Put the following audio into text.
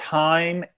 time